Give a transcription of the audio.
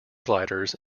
gliders